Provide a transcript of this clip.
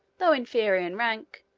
though inferior in rank,